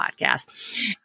podcast